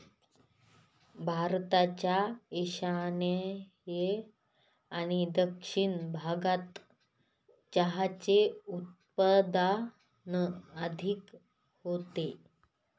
भारताच्या ईशान्य आणि दक्षिण भागात चहाचे उत्पादन अधिक होते